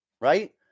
right